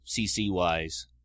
CC-wise